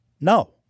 No